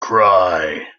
cry